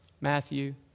Matthew